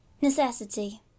Necessity